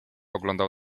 oglądał